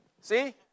See